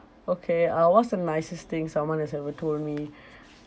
okay uh what's the nicest thing someone has ever told me